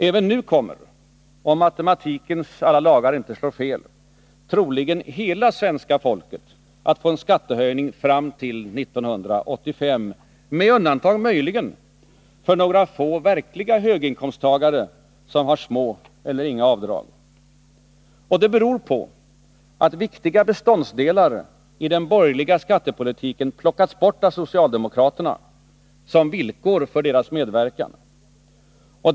Även nu kommer — om matematikens alla lagar inte slår fel — troligen hela svenska folket att få en skattehöjning fram till 1985, med undantag möjligen för några få verkliga höginkomsttagare som har små eller inga avdrag. Och detta beror på att viktiga beståndsdelar i den borgerliga skattepolitiken plockats bort av socialdemokraterna som villkor för deras medverkan.